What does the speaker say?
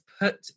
put